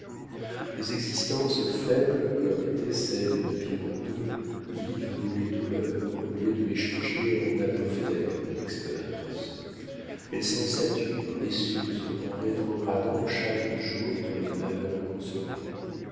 les existences faibles comme était celle de birotteau vivent dans les douleurs au lieu de les changer en apophthegmes d'expérience elles s'en saturent et s'usent en rétrogradant chaque jour dans les malheurs consommés